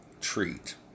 treat